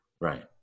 Right